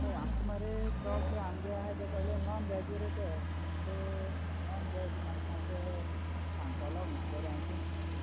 चोय आमकां मोरे चोडशे आमगे आहाय ते सोगळे नॉन वेज रे ते सो नॉन वेज म्हाका मातशें सांगतलो खुंयची बोरी आहाय तीं